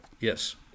Yes